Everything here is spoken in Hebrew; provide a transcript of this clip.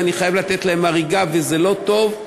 ואני חייב לתת להם "הריגה" וזה לא טוב.